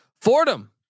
Fordham